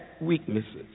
weaknesses